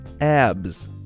ABS